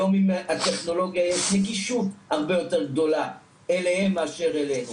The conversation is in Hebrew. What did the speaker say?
היום עם הטכנולוגיה יש נגישות הרבה יותר גדולה אליהם מאשר אלינו.